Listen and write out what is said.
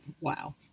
Wow